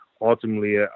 ultimately